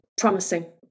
promising